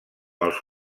els